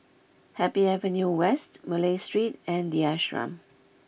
happy Avenue West Malay Street and The Ashram